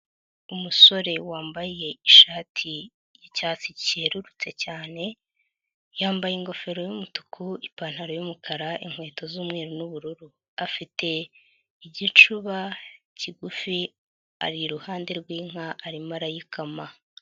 Umusore wambaye ishati y'icyatsi cyerurutse cyane, yambaye ingofero y'umutuku, ipantaro y'umukara, inkweto z'umweru n'ubururu. Afite igicuba kigufi, ari iruhande rw'inka, arimo arayikama.